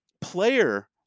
player